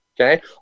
Okay